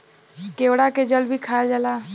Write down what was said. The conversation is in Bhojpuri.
केवड़ा के जल भी खायल जाला